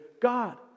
God